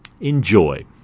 Enjoy